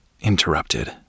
interrupted